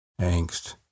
angst